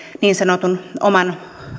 niin sanotun oman